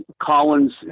Collins